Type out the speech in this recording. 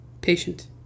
Patient